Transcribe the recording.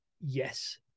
Yes